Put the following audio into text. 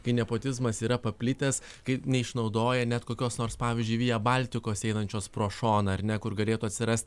kai nepotizmas yra paplitęs kai neišnaudoja net kokios nors pavyzdžiui via baltikos einančios pro šoną ar ne kur galėtų atsirast